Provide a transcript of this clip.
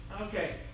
okay